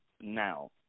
now